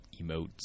emotes